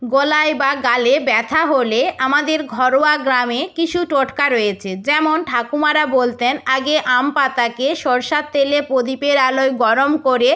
গলায় বা গালে ব্যথা হলে আমাদের ঘরোয়া গ্রামে কিছু টোটকা রয়েছে যেমন ঠাকুমারা বলতেন আগে আম পাতাকে সরষার তেলে প্রদীপের আলোয় গরম করে